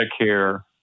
Medicare